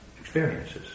experiences